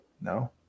No